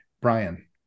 brian